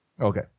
Okay